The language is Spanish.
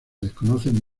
desconocen